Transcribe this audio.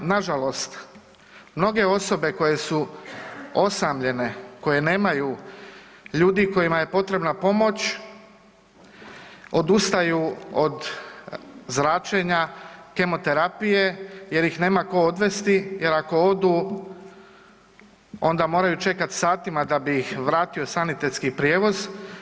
Nažalost, mnoge osobe koje su osamljene, koje nemaju, ljudi kojima je potrebna pomoć, odustaju od zračenja kemoterapije jer ih nema ko odvesti jer ako odu onda moraju čekat satima da bi ih vratio sanitetski prijevoz.